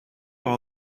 all